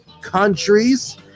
countries